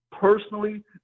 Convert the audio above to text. personally